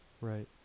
Right